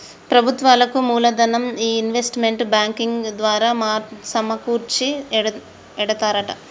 ప్రభుత్వాలకు మూలదనం ఈ ఇన్వెస్ట్మెంట్ బ్యాంకింగ్ ద్వారా సమకూర్చి ఎడతారట